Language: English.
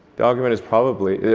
the argument is probably,